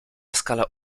skala